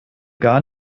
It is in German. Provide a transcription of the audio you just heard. gar